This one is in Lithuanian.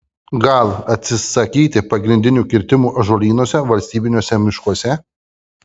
gal atsisakyti pagrindinių kirtimų ąžuolynuose valstybiniuose miškuose